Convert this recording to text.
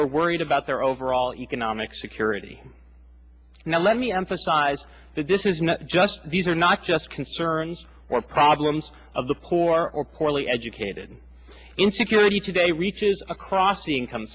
were worried about their overall economic security now let me emphasize that this is not just these are not just concerns or problems of the poor or poorly educated in security today reaches across the income